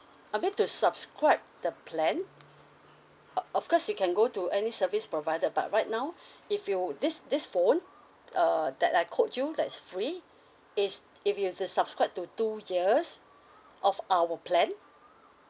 I mean to subscribe the plan o~ of course you can go to any service provider but right now if you were this this phone uh that I quote you that is free is if you were to subscribe to two years of our plan